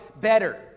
better